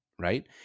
Right